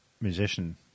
musician